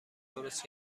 درست